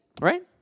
right